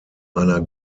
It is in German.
einer